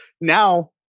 Now